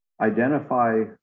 identify